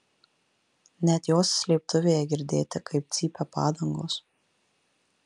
net jos slėptuvėje girdėti kaip cypia padangos